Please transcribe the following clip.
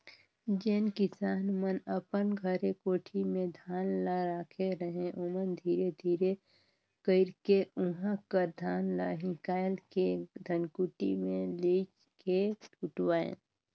जेन किसान मन अपन घरे कोठी में धान ल राखे रहें ओमन धीरे धीरे कइरके उहां कर धान ल हिंकाएल के धनकुट्टी में लेइज के कुटवाएं